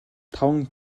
таван